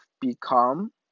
become